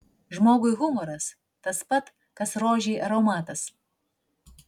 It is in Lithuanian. žmogui humoras tas pat kas rožei aromatas